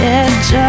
edge